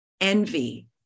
Envy